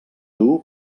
dur